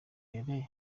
mbere